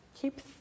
Keep